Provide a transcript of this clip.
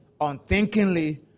unthinkingly